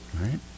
Right